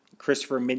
Christopher